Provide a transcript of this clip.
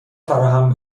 فراهم